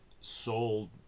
sold